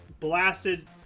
Blasted